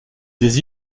des